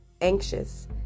anxious